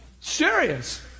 Serious